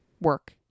work